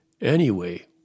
Anyway